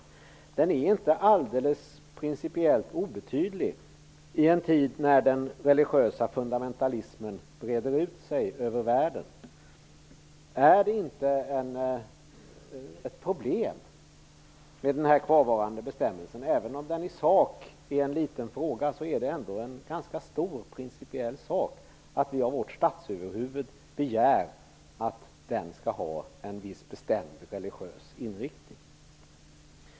Frågan är inte alldeles principiellt obetydlig i en tid då den religiösa fundamentalismen breder ut sig över världen. Är det inte ett problem med denna kvarvarande bestämmelse? Även om det är en liten fråga, är det ändå en ganska stor sak att vi begär att vårt statsöverhuvud skall ha en viss bestämd religiös inriktning.